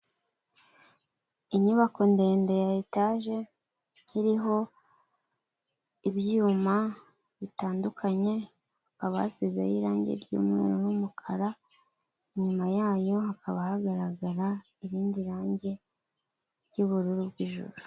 Inyubako ndende ya etaje iriho ibyuma bitandukanye, hakaba habasizeho irange ry'umweru n'umukara, inyuma yayo hakaba hagaragara irindi range ry'ubururu bw'Ijuru.